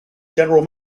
general